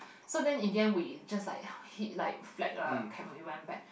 so then in the end we just like like flagged a cab we went back